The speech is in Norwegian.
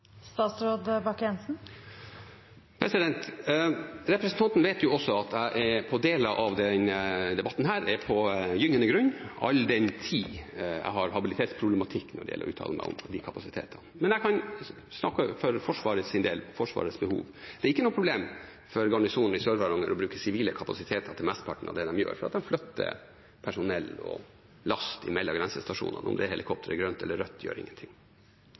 Representanten vet også at jeg i deler av denne debatten er på gyngende grunn, all den tid jeg har habilitetsproblematikk når det gjelder å uttale meg om de kapasitetene. Men jeg kan snakke for Forsvarets del, Forsvarets behov: Det er ikke noe problem for garnisonen i Sør-Varanger å bruke sivile kapasiteter til mesteparten av det de gjør, når de flytter personell og last mellom grensestasjoner. Om det helikopteret er grønt eller rødt, gjør ingenting.